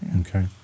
okay